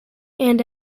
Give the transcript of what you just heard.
and